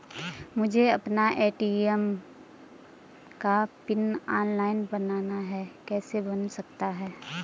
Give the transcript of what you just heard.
मुझे अपना ए.टी.एम का पिन ऑनलाइन बनाना है कैसे बन सकता है?